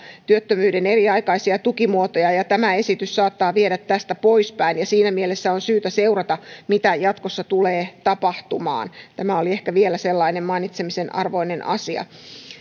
työttömyyden aikaisia eri tukimuotoja yhdenmukaistaa ja tämä esitys saattaa viedä tästä poispäin ja siinä mielessä on syytä seurata mitä jatkossa tulee tapahtumaan tämä oli ehkä vielä sellainen mainitsemisen arvoinen asia